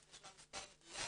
ותיכף נשמע מספר מדויק,